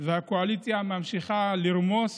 והקואליציה ממשיכה לרמוס